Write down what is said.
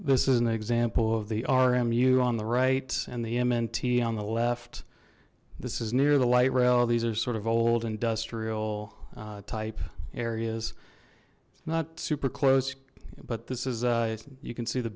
this is an example of the rmu on the right and the mnt on the left this is near the light rail these are sort of old industrial type areas not super close but this is i you can see the